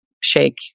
shake